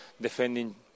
defending